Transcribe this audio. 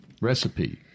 recipe